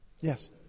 Yes